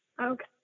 Okay